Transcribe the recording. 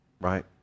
right